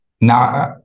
Now